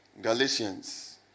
Galatians